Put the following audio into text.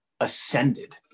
ascended